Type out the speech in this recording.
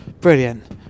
Brilliant